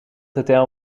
hotel